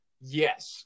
Yes